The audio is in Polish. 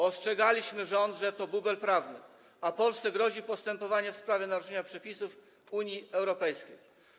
Ostrzegaliśmy rząd, że to bubel prawny, a Polsce grozi postępowanie w sprawie naruszenia przepisów Unii Europejskiej.